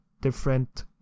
different